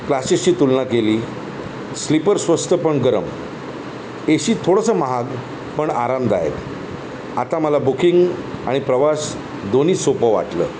क्लाशेसची तुलना केली स्लीिपर स्वस्त पण गरम ए सी थोडंसं महाग पण आरामदायक आता मला बुकिंग आणि प्रवास दोन्ही सोपं वाटलं